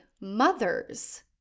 mothers